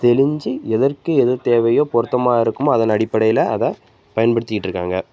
தெளிஞ்சு எதற்கு எது தேவையோ பொருத்தமாக இருக்குமோ அதன் அடிப்படையில அதை பயன்படுத்திக்கிட்டு இருக்காங்க